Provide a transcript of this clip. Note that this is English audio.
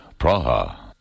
Praha